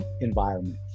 environment